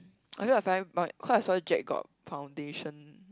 actually I find my cause I saw Jack got foundation